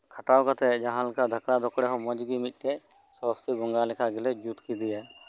ᱠᱟᱴᱟᱣ ᱠᱟᱛᱮᱫ ᱦᱚᱸ ᱡᱟᱦᱟᱸ ᱞᱮᱠᱟ ᱵᱷᱟᱠᱲᱟ ᱵᱷᱚᱠᱲᱮ ᱢᱚᱸᱡᱽᱜᱮ ᱢᱤᱫ ᱴᱮᱱ ᱥᱚᱨᱚᱥᱚᱛᱤ ᱵᱚᱸᱜᱟ ᱞᱮᱠᱟ ᱜᱮᱞᱮ ᱡᱩᱛ ᱠᱮᱫᱮᱭᱟ